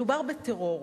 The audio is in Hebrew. מדובר בטרור.